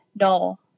no